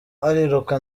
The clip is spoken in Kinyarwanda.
ariruka